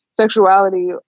sexuality